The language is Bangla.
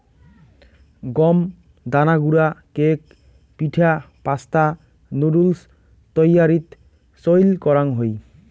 গম দানা গুঁড়া কেক, পিঠা, পাস্তা, নুডুলস তৈয়ারীত চইল করাং হই